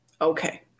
Okay